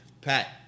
Pat